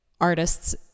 artists